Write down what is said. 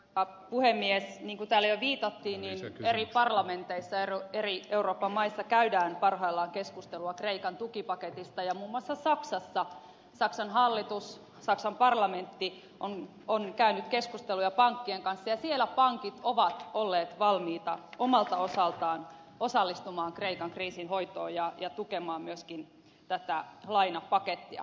niin kuin täällä jo viitattiin niin eri parlamenteissa eri euroopan maissa käydään parhaillaan keskustelua kreikan tukipaketista ja muun muassa saksassa saksan hallitus saksan parlamentti on käynyt keskusteluja pankkien kanssa ja siellä pankit ovat olleet valmiita omalta osaltaan osallistumaan kreikan kriisin hoitoon ja tukemaan myöskin tätä lainapakettia